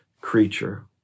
creature